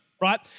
right